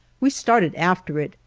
we started after it,